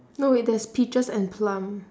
no wait there's peaches and plum